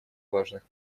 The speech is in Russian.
важных